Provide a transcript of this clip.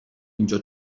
اینجا